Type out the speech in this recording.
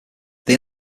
they